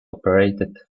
operated